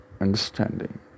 understanding